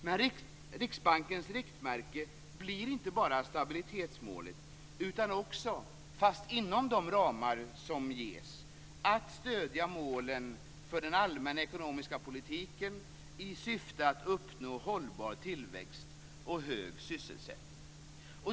Men Riksbankens riktmärke blir inte bara stabilitetsmålet, utan också, inom de ramar som ges, att stödja målen för den allmänna ekonomiska politiken i syfte att uppnå hållbar tillväxt och hög sysselsättning.